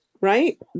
right